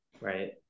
right